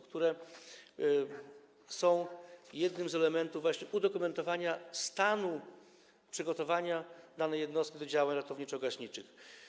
które są jednym z elementów właśnie udokumentowania stanu przygotowania danej jednostki do działań ratowniczo-gaśniczych.